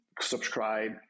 subscribe